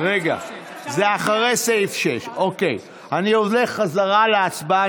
זה אחרי סעיף 6. אני הולך חזרה להצבעה.